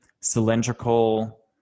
cylindrical